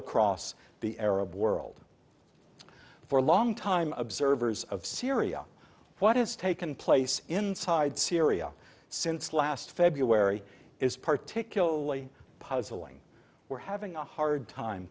across the arab world for a long time observers of syria what has taken place inside syria since last february is particularly puzzling we're having a hard time